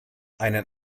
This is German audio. einen